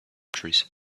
trees